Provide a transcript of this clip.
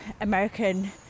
American